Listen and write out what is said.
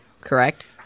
correct